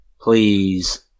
Please